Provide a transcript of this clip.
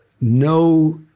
no